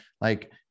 like-